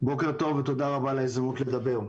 בוקר טוב ותודה רבה על ההזדמנות לדבר.